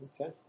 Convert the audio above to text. Okay